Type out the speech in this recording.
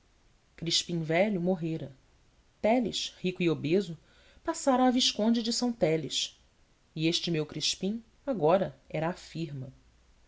crispim velho morrera teles rico e obeso passara a visconde de são teles e este meu crispim agora era a firma